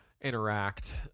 interact